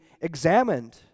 examined